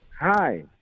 Hi